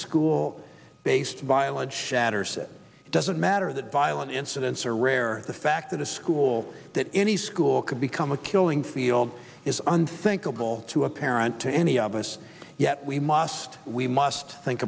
school based violence shatters it doesn't matter that violent incidents are rare the fact that a school that any school could become a killing field is unthinkable to a parent to any of us yet we must we must think